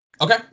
Okay